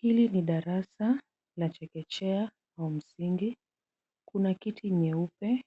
Hili ni darasa la chekechea la msingi. Kuna kiti nyeupe